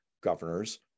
governors